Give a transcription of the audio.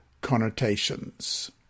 connotations